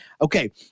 Okay